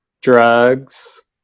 drugs